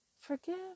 Forgive